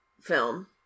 film